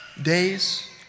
Days